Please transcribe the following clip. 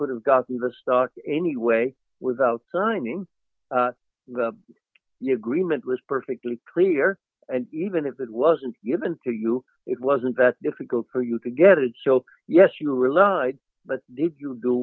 could have gotten the stock anyway without signing the agreement was perfectly clear even if it wasn't given to you it wasn't that difficult for you to get it so yes you relied but did you do